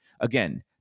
Again